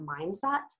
mindset